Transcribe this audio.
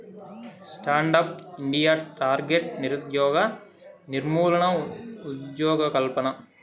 stand up India target నిరుద్యోగ నిర్మూలన, ఉజ్జోగకల్పన